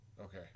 Okay